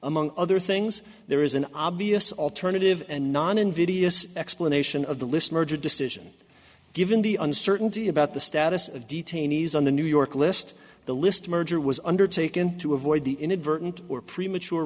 among other things there is an obvious alternative and non invidious explanation of the list merger decision given the uncertainty about the status of detainees on the new york list the list merger was undertaken to avoid the inadvertent or premature